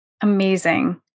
Amazing